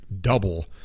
double